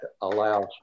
allows